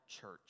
church